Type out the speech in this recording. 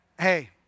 hey